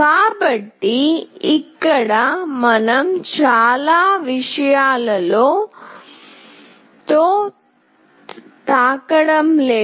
కాబట్టి ఇక్కడ మనం చాలా విషయాలతో తాకడం లేదు